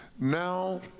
Now